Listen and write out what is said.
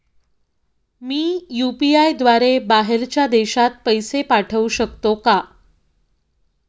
मी UPI द्वारे बाहेरच्या देशात पैसे पाठवू शकतो का?